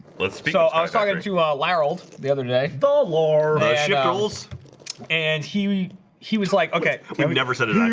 let's speak so i was talking to to ah like harold the other day the lord rachelle's and he he was like okay, i mean ii never said it